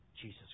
Jesus